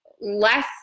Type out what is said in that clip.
less